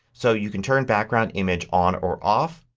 so you can turn background image on or off.